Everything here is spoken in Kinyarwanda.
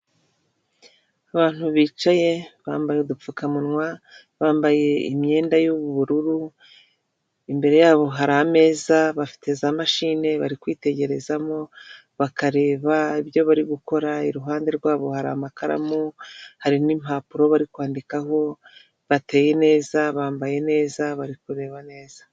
Abantu bicaye bambaye udupfukamunwa, bambaye imyenda y'ubururu, imbere yabo hari ameza bafite za mashine bari kwitegerezamo, bakareba ibyo bari gukora, iruhande rwabo hari amakaramu, hari n'impapuro bari kwandikaho, bateye neza, bambaye neza, bari kureba neza.